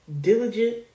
diligent